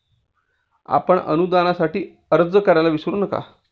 आपण अनुदानासाठी अर्ज करायला विसरू नका